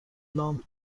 لامپ